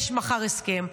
יש מחר הסכם.